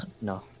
no